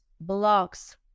blocks